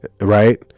right